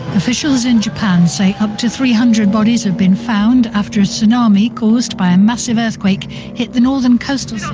officials in japan say up to three hundred bodies have been found after a tsunami caused by a massive earthquake hit the northern coastal,